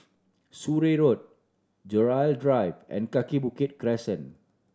Surrey Road Gerald Drive and Kaki Bukit Crescent